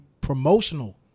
promotional